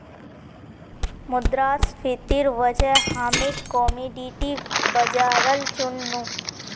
मुद्रास्फीतिर वजह हामी कमोडिटी बाजारल चुन नु